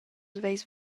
veis